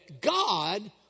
God